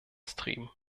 stream